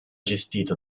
gestito